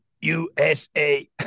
USA